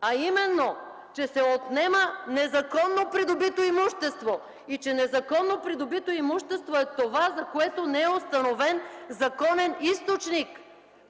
а именно, че се отнема незаконно придобито имущество. И че незаконно придобито имущество е това, за което не е установен законен източник.